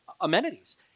amenities